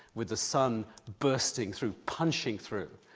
with the sun bursting through, punching through,